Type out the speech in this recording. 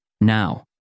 Now